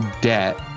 debt